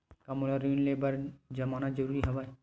का मोला ऋण ले बर जमानत जरूरी हवय?